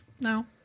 No